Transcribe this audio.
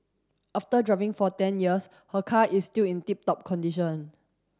after driving for ten years her car is still in tip top condition